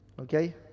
okay